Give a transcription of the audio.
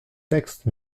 textes